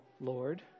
Lord